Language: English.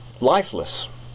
lifeless